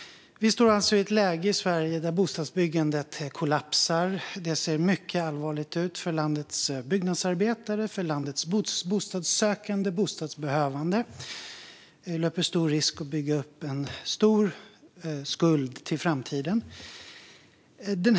Vi står alltså i ett läge i Sverige där bostadsbyggandet kollapsar. Det ser mycket allvarligt ut för landets byggnadsarbetare och för landets bostadssökande och bostadsbehövande. Vi löper stor risk att bygga upp en stor skuld till framtiden. Fru talman!